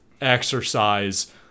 exercise